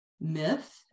myth